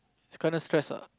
it's kinda stress ah